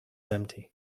empty